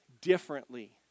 differently